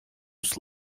was